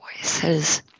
voices